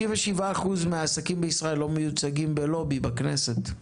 97% מהעסקים בישראל לא מיוצגים בלובי בכנסת.